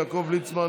יעקב ליצמן,